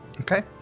Okay